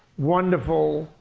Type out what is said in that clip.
wonderful,